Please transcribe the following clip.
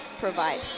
provide